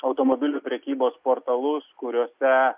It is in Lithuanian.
automobilių prekybos portalus kuriuose